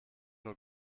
nur